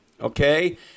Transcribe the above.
okay